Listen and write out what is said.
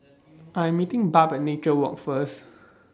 I'm meeting Barb At Nature Walk First